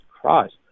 Christ